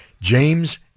James